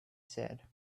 said